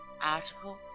articles